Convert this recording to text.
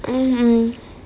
mm mm